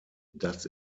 das